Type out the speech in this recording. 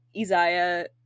Isaiah